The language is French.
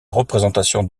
représentation